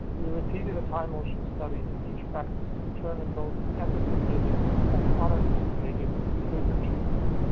we repeated a time-motion study at and each practice, to determine both anticipated and unanticipated behavior changes.